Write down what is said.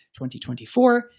2024